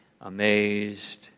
amazed